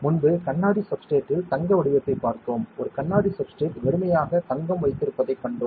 முன்பு கண்ணாடி சப்ஸ்ட்ரேட்டில் தங்க வடிவத்தைப் பார்த்தோம் ஒரு கண்ணாடி சப்ஸ்ட்ரேட் வெறுமையாக தங்கம் வைக்கப்பட்டிருந்ததைக் கண்டோம்